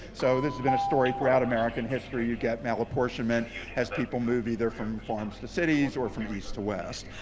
so this has been a story throughout american history. you get malapportionment as people move either from farms to cities, or from east to west.